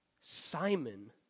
Simon